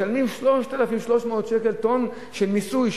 משלמים 3,300 שקל של מיסוי,